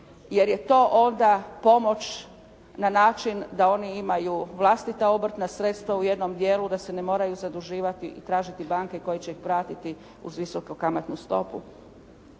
jer je to onda pomoć na način da oni imaju vlastita obrtna sredstva u jednom dijelu da se ne moraju zaduživati i tražiti banke koje će ih pratiti uz visoku kamatnu stopu.